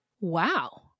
Wow